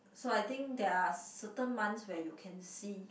so I think there're certain months where you can see